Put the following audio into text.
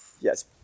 yes